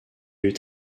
eut